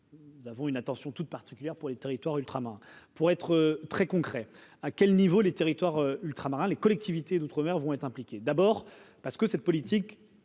nous avons une attention toute particulière pour les territoires ultramarins pour être très concret à quel niveau les territoires ultramarins les collectivités d'outre-mer vont être impliqué, d'abord parce que cette politique